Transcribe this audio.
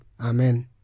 Amen